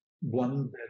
one